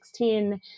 2016